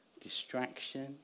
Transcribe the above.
distraction